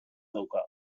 dauka